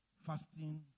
fasting